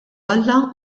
alla